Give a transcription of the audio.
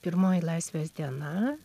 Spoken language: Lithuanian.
pirmoji laisvės diena